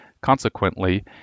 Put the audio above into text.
Consequently